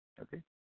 okay